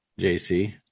JC